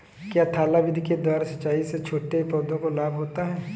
क्या थाला विधि के द्वारा सिंचाई से छोटे पौधों को लाभ होता है?